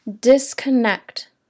disconnect